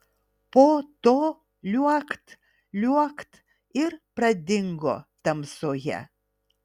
po to liuokt liuokt ir pradingo tamsoje